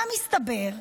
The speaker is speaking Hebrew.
מה מסתבר?